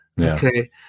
Okay